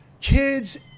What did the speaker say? kids